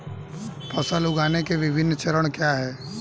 फसल उगाने के विभिन्न चरण क्या हैं?